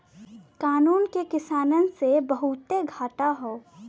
कानून से किसानन के बहुते घाटा हौ